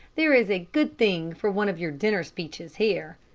there is a good thing for one of your dinner-speeches here.